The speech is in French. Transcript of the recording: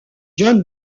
john